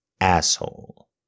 asshole